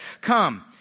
Come